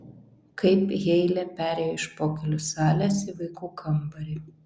kaip heile perėjo iš pokylių salės į vaikų kambarį